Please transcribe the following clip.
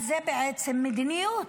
זו בעצם מדיניות.